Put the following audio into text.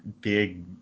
big